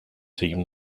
team